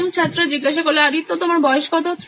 প্রথম ছাত্র আদিত্য তোমার বয়স কতো